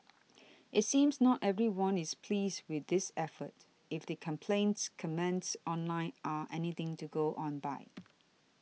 it seems not everyone is pleased with this effort if the complaints comments online are anything to go on by